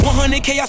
100k